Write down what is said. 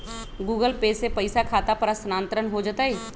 Google Pay से पईसा खाता पर स्थानानंतर हो जतई?